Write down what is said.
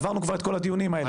עברנו כבר את כל הדיונים האלה.